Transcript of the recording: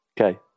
okay